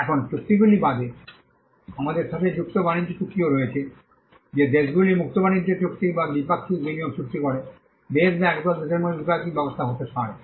এখন চুক্তিগুলি বাদে আমাদের সাথে মুক্ত বাণিজ্য চুক্তিও রয়েছে যে দেশগুলি মুক্ত বাণিজ্য চুক্তি বা দ্বিপাক্ষিক বিনিয়োগ চুক্তি করে দেশ বা একদল দেশের মধ্যে দ্বিপাক্ষিক ব্যবস্থা হতে পারে